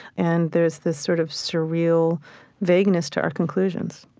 and there is this sort of surreal vagueness to our conclusions